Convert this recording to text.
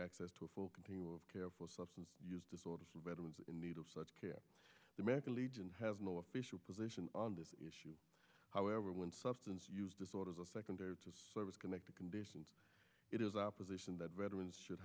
access to a full continual care for substance use disorders and veterans in need of such care the american legion has no official position on the issue however when substance use disorders a second service connected conditions it is opposition that veterans should